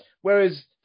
whereas